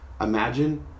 imagine